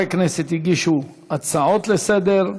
כמה חברי כנסת הגישו הצעות לסדר-היום.